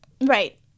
Right